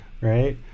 right